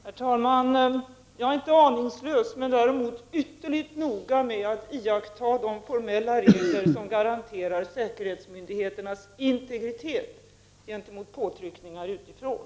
Herr talman! Jag är inte aningslös, men däremot ytterligt noga med att iaktta de formella regler som garanterar säkerhetsmyndigheternas integritet gentemot påtryckningar utifrån.